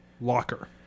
Locker